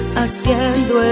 haciendo